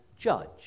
judge